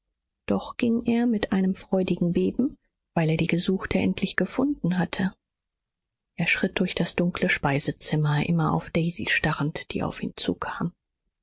doch ging er mit einem freudigen beben weil er die gesuchte endlich gefunden hatte er schritt durch das dunkle speisezimmer immer auf daisy starrend die auf ihn zukam